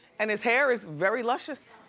and his hair is very luscious.